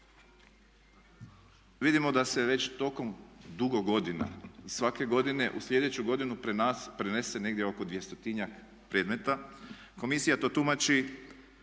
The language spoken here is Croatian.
vidimo da se već tokom dugo godina svake godine u sljedeću godinu prenese negdje oko 200-njak predmeta. Komisija to tumači